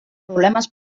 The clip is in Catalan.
problemes